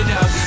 up